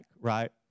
right